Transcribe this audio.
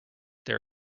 there